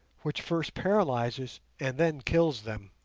which first paralyses and then kills them.